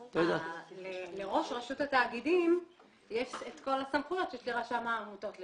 לראש רשות התאגידים יש את כל הסמכויות כרשם העמותות.